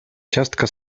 ciastka